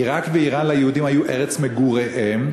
עיראק ואיראן ליהודים היו ארצות מגוריהם,